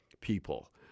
people